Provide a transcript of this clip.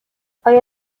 آیا